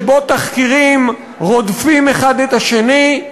שבו תחקירים רודפים אחד את השני,